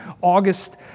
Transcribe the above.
August